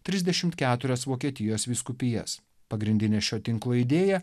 trisdešimt keturias vokietijos vyskupijas pagrindinė šio tinklo idėja